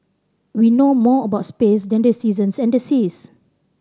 we know more about space than the seasons and the seas